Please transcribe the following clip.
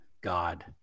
God